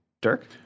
Dirk